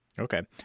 Okay